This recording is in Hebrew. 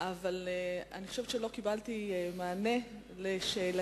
אבל אני חושבת שלא קיבלתי מענה על שאלתי: